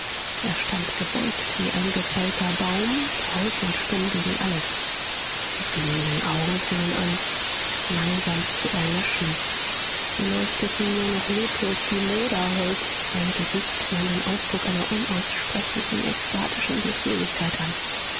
er stand gebeugt wie ein gefällter baum taub und stumm gegen alles die glühenden augen fingen an langsam zu erlöschen sie leuchteten nur noch leblos wie moderholz sein gesicht nahm den ausdruck einer unaussprechlichen ekstatischen glückseligkeit an